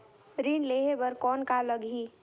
ऋण लेहे बर कौन का लगही?